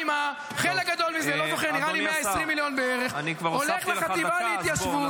חבר הכנסת קריב,